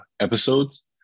episodes